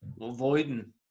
avoiding